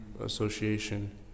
association